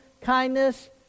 kindness